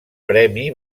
premi